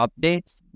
updates